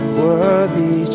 worthy